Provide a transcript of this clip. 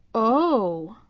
oh,